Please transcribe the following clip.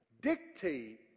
dictate